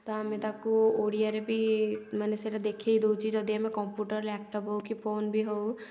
ତ ଆମେ ତାକୁ ଓଡ଼ିଆରେ ବି ମାନେ ସେଇଟା ଦେଖେଇ ଦେଉଛି ଯଦି ଆମେ କମ୍ପ୍ୟୁଟର ଲ୍ୟାପଟପ୍ ହେଉ କି ଫୋନ ବି ହେଉ